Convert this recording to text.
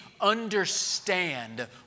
understand